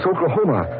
Oklahoma